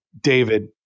David